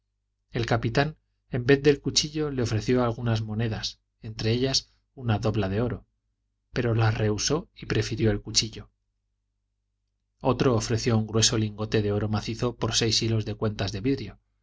el capitán en vez del cuchillo le ofreció algunas monedas entre ellas una dobla de oro pero las rehusó y prefirió el cuchillo otro ofreció un grueso lingote de oro macizo por seis hilos de cuentas de vidrio